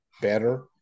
better